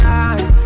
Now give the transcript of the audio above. eyes